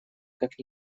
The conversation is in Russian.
как